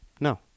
No